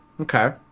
okay